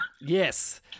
Yes